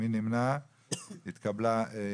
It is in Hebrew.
הצבעה אושר.